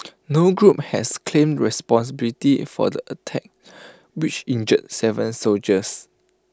no group has claimed responsibility for the attacks which injured Seven soldiers